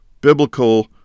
biblical